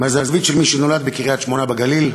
מהזווית של מי שנולד בקריית-שמונה שבגליל